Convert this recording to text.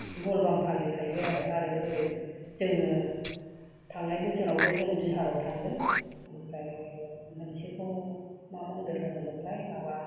भलबम फालिखायो आरो आरो ओरै जोङो थांनाय बोसोरावबो जों बिहाराव थांदों ओमफ्राय मोनसेखौ मा मन्दिर होनोमोनलाय माबा